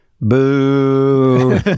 boo